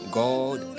god